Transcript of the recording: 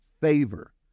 favor